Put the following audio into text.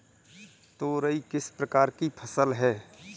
तोरई किस प्रकार की फसल है?